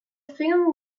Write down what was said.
film